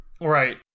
Right